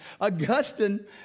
Augustine